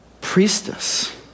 priestess